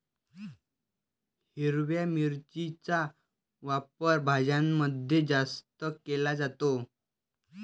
हिरव्या मिरचीचा वापर भाज्यांमध्ये जास्त केला जातो